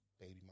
baby